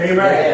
Amen